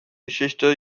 geschichte